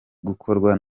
gukorwa